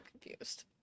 confused